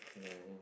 okay I think